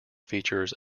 features